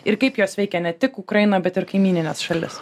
ir kaip jos veikia ne tik ukrainą bet ir kaimynines šalis